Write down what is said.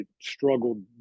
struggled